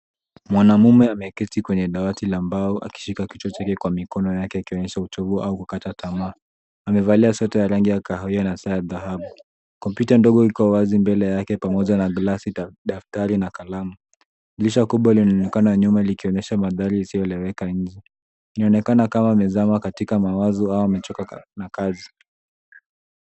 Mwanamume ameketi kwenye dawati la mbao akishika kichwa chake kwa mikono yake akionyesha uchovu au kukata tamaa. Amevalia sweta ya rangi ya kahawia na saa dhahabu. Kompyuta ndogo iko wazi mbele yake pamoja na glasi, daftari, na kalamu. Dirish kubwa linaonekana nyuma likionyesha mandhari isiyoeleweka nje. Inaonekana kama amezama katika mawazo au amechoka na kazi.